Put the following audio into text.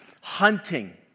hunting